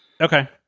Okay